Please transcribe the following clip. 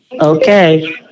Okay